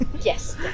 yes